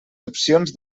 opcions